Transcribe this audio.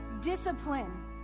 discipline